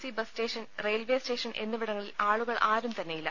C bus station railway station എന്നിവിടങ്ങളിൽ ആളുകൾ ആരും തന്നെയില്ല